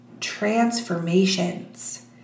transformations